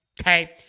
okay